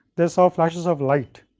they saw flashes of light,